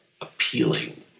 appealing